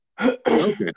Okay